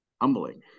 humbling